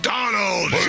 Donald